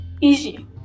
Easy